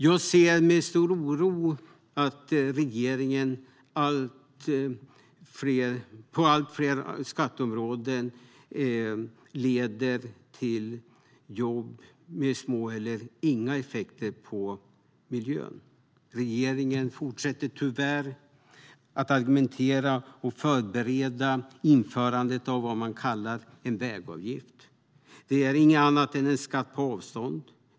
Jag ser med stor oro på att regeringen aviserar allt fler skatter som leder till färre jobb med små eller inga effekter på miljön. Regeringen fortsätter tyvärr att argumentera för och förbereda införandet av vad man kallar en vägavgift. Det är inget annat än en skatt på avstånd.